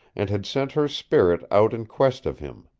and had sent her spirit out in quest of him.